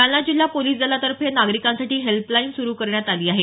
जालना जिल्हा पोलीस दलातर्फे नागरिकांसाठी हेल्पलाईन सुरु करण्यात आली आहे